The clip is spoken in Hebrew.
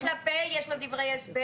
יש לה "פ", יש לה דברי הסבר.